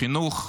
בחינוך,